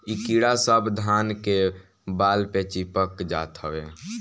इ कीड़ा सब धान के बाल पे चिपक जात हवे